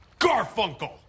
Garfunkel